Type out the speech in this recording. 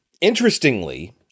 interestingly